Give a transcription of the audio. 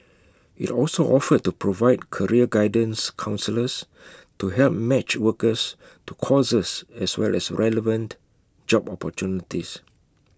IT also offered to provide career guidance counsellors to help match workers to courses as well as relevant job opportunities